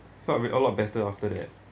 felt with a lot better after that